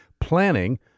planning